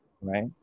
right